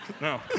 no